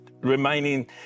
remaining